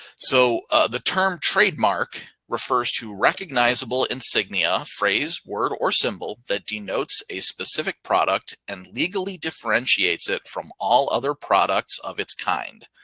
so the term trademark refers to recognizable insignia, phrase, word, or symbol that denotes a specific product and legally differentiates it from all other products of its kind.